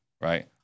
right